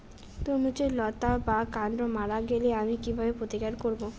তরমুজের লতা বা কান্ড মারা গেলে আমি কীভাবে প্রতিকার করব?